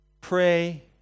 Pray